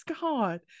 God